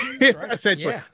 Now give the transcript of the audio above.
essentially